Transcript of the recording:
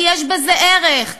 כי יש בזה ערך,